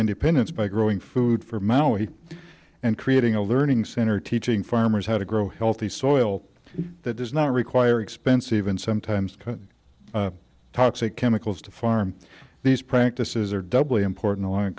independence by growing food for maui and creating a learning center teaching farmers how to grow healthy soil that does not require expensive and sometimes toxic chemicals to farm these practices are doubly important